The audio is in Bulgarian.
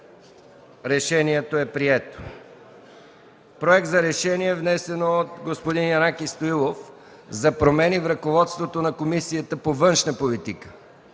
Решението е прието. „Проект РЕШЕНИЕ внесено от господин Янаки Стоилов за промени в ръководството на Комисията по външна политика